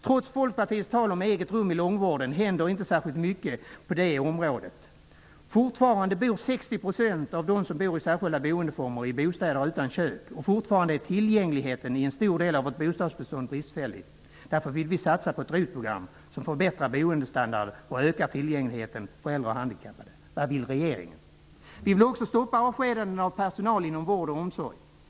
Trots Folkpartiets tal om eget rum i långvården händer inte särskilt mycket på det området. Fortfarande är Vi vill också stoppa avskedanden av personal inom vård och omsorg.